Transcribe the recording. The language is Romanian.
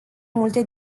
multe